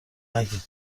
نگین